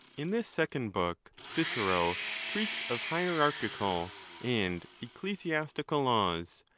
in this second book cicero treats of hierarchical and ecclesiastical laws,